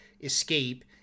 escape